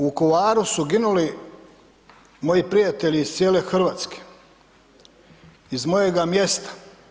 U Vukovaru su ginuli moji prijatelji iz cijele Hrvatske, iz mojega mjesta.